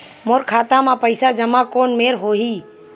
मोर खाता मा पईसा जमा कोन मेर होही?